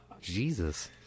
Jesus